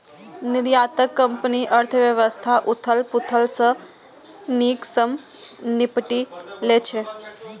निर्यातक कंपनी अर्थव्यवस्थाक उथल पुथल सं नीक सं निपटि लै छै